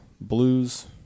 blues